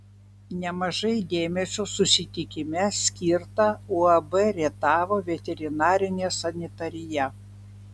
nemažai dėmesio susitikime skirta uab rietavo veterinarinė sanitarija